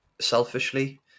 selfishly